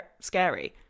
scary